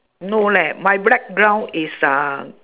no leh my background is uh